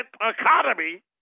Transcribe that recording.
economy